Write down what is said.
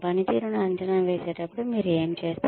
పనితీరును అంచనా వేసేటప్పుడు మీరు ఏమి చేస్తారు